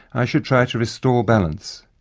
i should try to restore balance,